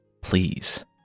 Please